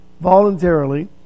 Voluntarily